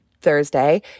Thursday